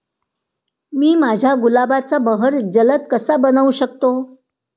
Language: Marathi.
मी माझ्या गुलाबाचा बहर जलद कसा बनवू शकतो?